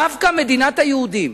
דווקא מדינת היהודים,